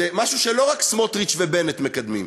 זה משהו שלא רק סמוטריץ ובנט מקדמים,